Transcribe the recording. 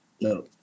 No